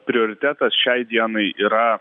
prioritetas šiai dienai yra